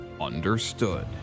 understood